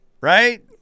right